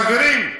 חברים,